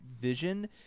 vision